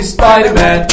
Spider-Man